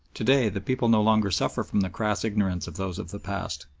to-day the people no longer suffer from the crass ignorance of those of the past.